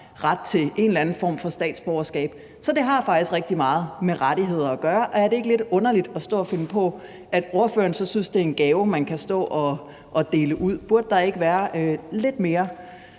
ret til en eller anden form for statsborgerskab, så det har faktisk rigtig meget med rettigheder at gøre. Er det ikke lidt underligt at stå og finde på, at ordføreren så synes, det er en gave, man kan stå og dele ud? Burde der ikke være lidt mere